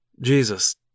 Jesus